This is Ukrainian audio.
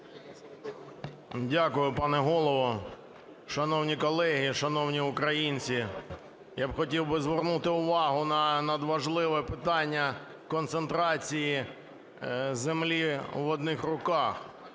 Дякую, пане Голово. Шановні колеги, шановні українці! Я б хотів би звернути увагу, на надважливе питання концентрації землі в одних руках.